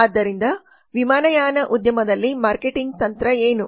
ಆದ್ದರಿಂದ ವಿಮಾನಯಾನ ಉದ್ಯಮದಲ್ಲಿ ಮಾರ್ಕೆಟಿಂಗ್ ತಂತ್ರ ಏನು